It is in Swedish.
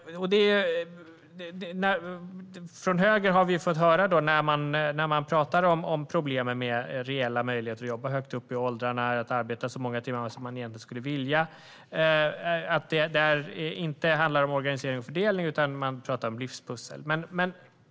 När man talar problemen med reella möjligheter att jobba högt upp i åldrarna och arbeta så många timmar som man egentligen skulle vilja har vi från högern fått höra att det inte handlar om organisering och fördelning, utan man talar om livspussel.